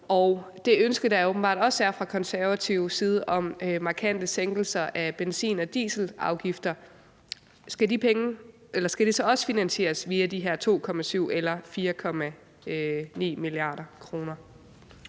til det ønske, der åbenbart også er fra konservativ side, om markante sænkelser af benzin- og dieselafgifter, skal det så også finansieres via de her 2,7 eller 4,9 mia. kr.?